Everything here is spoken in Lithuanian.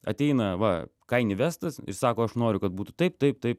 ateina va kaini vestas ir sako aš noriu kad būtų taip taip taip